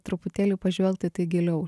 truputėlį pažvelgt į tai giliau